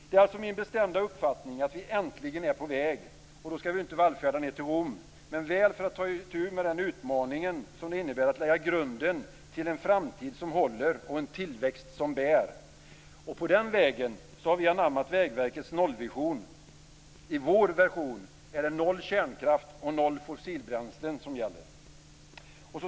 Det är min bestämda uppfattning att vi äntligen är på väg, och då skall vi inte vallfärda ned till Rom, men väl för att ta itu med den utmaning som det innebär att lägga grunden till en framtid som håller och en tillväxt som bär. På den vägen har vi anammat Vägverkets nollvision. I vår version är det noll kärnkraft och noll fossilbränslen som gäller.